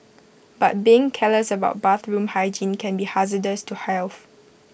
but being careless about bathroom hygiene can be hazardous to health